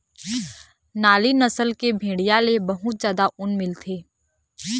नाली नसल के भेड़िया ले बहुत जादा ऊन मिलथे